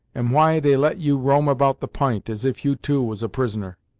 and why they let you roam about the p'int as if you, too, was a prisoner?